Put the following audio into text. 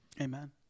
Amen